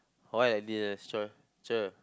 why like this ah cher cher